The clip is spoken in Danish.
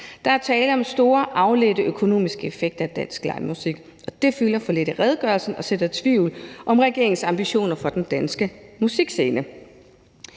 Der er tale om store afledte økonomiske effekter af dansk livemusik, og det fylder for lidt i redegørelsen og sår tvivl om regeringens ambitioner for den danske musikscene.